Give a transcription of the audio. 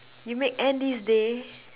you make Andy's day